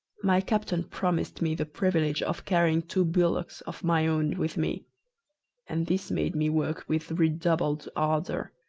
my captain promised me the privilege of carrying two bullocks of my own with me and this made me work with redoubled ardour.